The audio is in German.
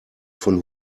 von